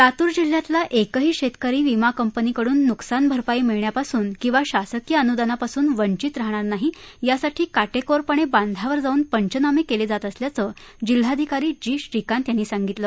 लातूर जिल्ह्यातला एकही शेतकरी विमा कंपनीकडून नुकसानभरपाई मिळण्यापासून किंवा शासकीय अनुदानापासून वंचित राहणार नाही यासाठी काटेकोरपणे बांधावर जाऊन पंचनामे केले जात असल्याचं जिल्हाधिकारी जी श्रीकांत यांनी सांगितलं